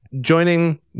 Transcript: Joining